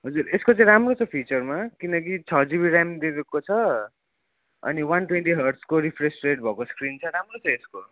हजुर यसको चाहिँ राम्रो छ फिचरमा किनकि छ जिबी र्याम दिएको छ अनि वान ट्वन्टी हर्ट्जको रिफ्रेस रेड भएको स्क्रिन छ राम्रो छ यसको